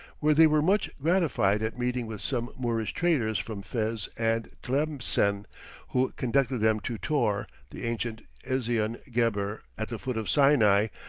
where they were much gratified at meeting with some moorish traders from fez and tlemcen, who conducted them to tor the ancient ezion-geber at the foot of sinai,